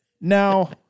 Now